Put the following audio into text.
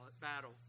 battle